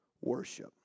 worship